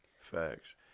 Facts